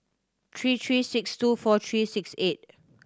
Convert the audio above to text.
three three six two four three six eight